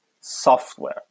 software